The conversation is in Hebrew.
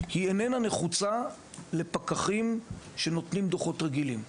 היא איננה נחוצה לפקחים שנותנים דו"חות רגילים.